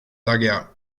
dugout